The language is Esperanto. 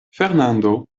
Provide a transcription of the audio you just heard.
fernando